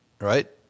right